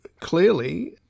clearly